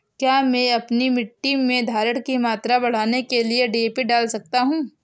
क्या मैं अपनी मिट्टी में धारण की मात्रा बढ़ाने के लिए डी.ए.पी डाल सकता हूँ?